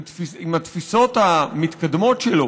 עם התפיסות המתקדמות שלו.